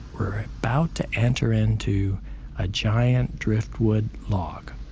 we're about to enter into a giant driftwood log.